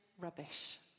rubbish